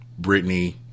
Britney